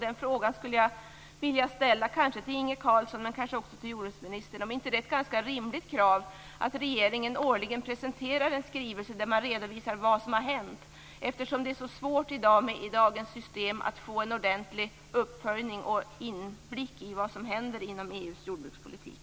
Jag skulle vilja ställa en fråga till Inge Carlsson men kanske också till jordbruksministern om det inte är ett ganska rimligt krav att regeringen årligen presenterar en skrivelse i vilken den redovisar vad som har hänt, eftersom det är så svårt i dagens system att få en ordentlig uppföljning och inblick i vad som händer inom EU:s jordbrukspolitik.